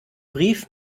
brief